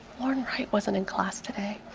lauren wright wasn't in class today.